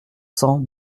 cents